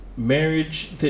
marriage